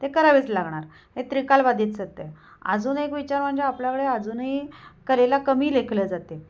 ते करावेच लागणार हे त्रिकालबाधीत सत्य अजून एक विचार म्हणजे आपल्याकडे अजूनही कलेला कमी लेखलं जाते